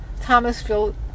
Thomasville